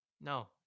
No